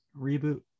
reboot